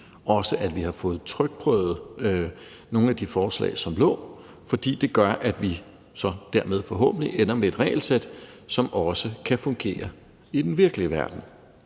også at vi har fået trykprøvet nogle af de forslag, som lå – fordi det gør, at vi så dermed forhåbentlig ender med et regelsæt, som også kan fungere i den virkelige verden.